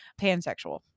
pansexual